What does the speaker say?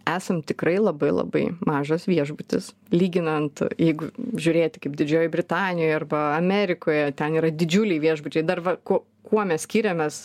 esam tikrai labai labai mažas viešbutis lyginant jeigu žiūrėti kaip didžiojoj britanijoj arba amerikoje ten yra didžiuliai viešbučiai dar va kuo kuo mes skiriamės